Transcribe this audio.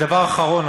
דבר אחרון,